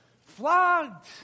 Flogged